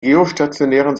geostationären